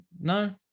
No